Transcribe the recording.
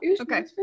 okay